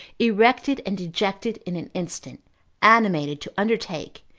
erected and dejected in an instant animated to undertake,